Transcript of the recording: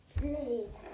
please